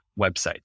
websites